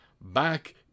back